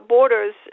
Borders